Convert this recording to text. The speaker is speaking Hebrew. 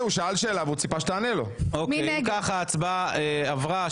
הצבעה אושר אם כך, ההצבעה עברה.